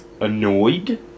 annoyed